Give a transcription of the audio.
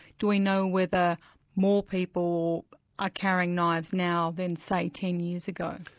do we know whether more people are carrying knives now than say ten years ago?